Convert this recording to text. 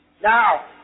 Now